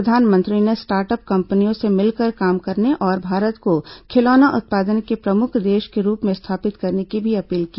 प्रधानमंत्री ने स्टार्टअप कंपनियों से मिलकर काम करने और भारत को खिलौना उत्पादन के प्रमुख देश के रूप में स्थापित करने की भी अपील की